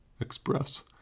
express